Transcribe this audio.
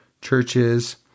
churches